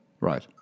Right